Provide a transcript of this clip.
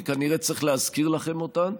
כי כנראה צריך להזכיר לכם אותן,